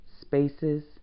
spaces